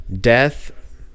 Death